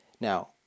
Now